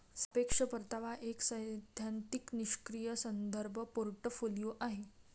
सापेक्ष परतावा हा एक सैद्धांतिक निष्क्रीय संदर्भ पोर्टफोलिओ आहे